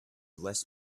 less